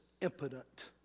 impotent